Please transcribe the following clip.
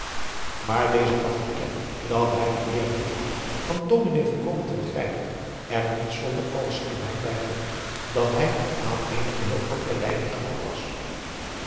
maar deze gaf te kennen dat hij de eer niet had van dominé volkomen te begrijpen er niet zonder alle slimheid bijvoegende dat hij aan eene geheel andere leiding gewoon was